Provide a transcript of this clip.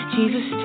Jesus